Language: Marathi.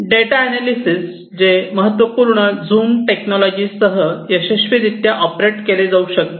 डेटाअनालिसेस जे महत्त्वपूर्ण झूम टेक्नॉलॉजीसह यशस्वीरित्या ऑपरेट केले जाऊ शकते